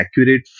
accurate